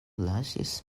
lasis